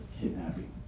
kidnapping